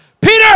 Peter